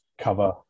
cover